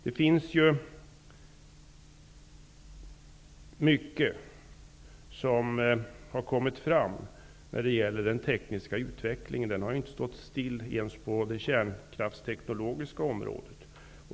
Det har ju kommit fram mycket när det gäller den tekniska utvecklingen. Den har ju inte stått stilla ens på det kärnkraftsteknologiska området.